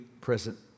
present